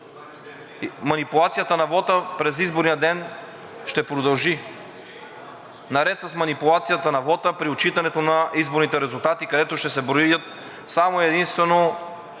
манипулацията на вота през изборния ден ще продължи, наред с манипулацията на вота при отчитането на изборните резултати, където ще се броят само и единствено